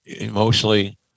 Emotionally